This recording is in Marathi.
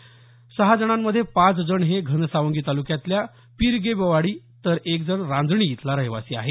या सहाजणांमध्ये पाच जण हे घनसावंगी तालुक्यातल्या पीरगेबवाडीचे तर एक जण रांजणी इथला रहिवाशी आहे